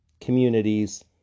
communities